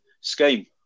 scheme